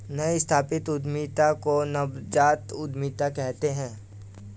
नई स्थापित उद्यमिता को नवजात उद्दमिता कहते हैं